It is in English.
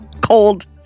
Cold